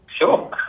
Sure